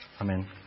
Amen